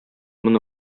моны